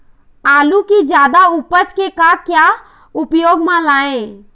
आलू कि जादा उपज के का क्या उपयोग म लाए?